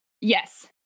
Yes